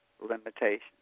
limitations